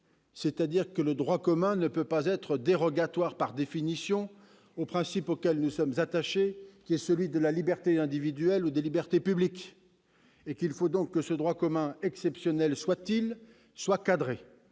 sont propres : le droit commun ne peut pas déroger, par définition, au principe auquel nous sommes attachés, celui de la liberté individuelle et des libertés publiques. Il faut donc que ce droit commun, aussi exceptionnel soit-il, soit cadré